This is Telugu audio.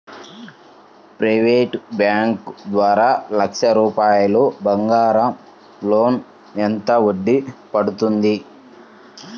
ప్రైవేట్ బ్యాంకు ద్వారా లక్ష రూపాయలు బంగారం లోన్ ఎంత వడ్డీ పడుతుంది?